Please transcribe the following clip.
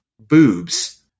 boobs